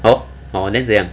oh orh then 怎样